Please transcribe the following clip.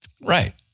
Right